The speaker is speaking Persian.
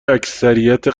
اکثریت